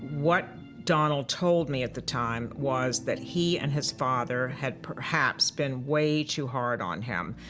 what donald told me at the time was that he and his father had perhaps been way too hard on him.